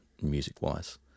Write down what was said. music-wise